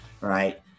right